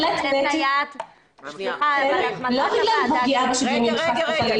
לא בגלל פגיעה בשוויון חס וחלילה,